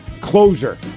closure